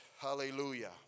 Hallelujah